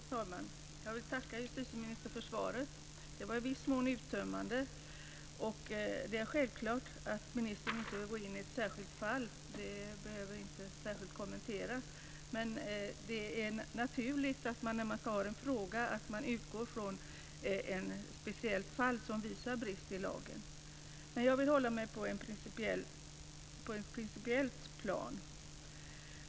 Fru talman! Jag vill tacka justitieministern för svaret som i viss mån var uttömmande. Det är självklart att ministern inte kan gå in på ett enskilt fall, det behöver inte ens kommenteras. Men när man ställer en fråga är det naturligt att man utgår ifrån ett konkret fall som visar på brister i lagen. Jag tänker dock hålla mig på ett principiellt plan.